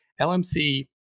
LMC